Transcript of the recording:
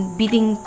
beating